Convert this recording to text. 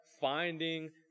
finding